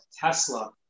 Tesla